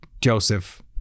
Joseph